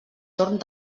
torn